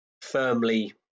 firmly